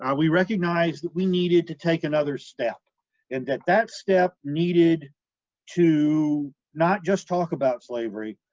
ah we recognized that we needed to take another step and that that step needed to not just talk about slavery,